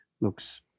looks